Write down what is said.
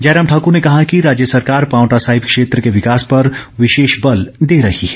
जयराम ठाक्र ने कहा कि राज्य सरकार पावंटा साहिब क्षेत्र के विकास पर विशेष बल दे रही है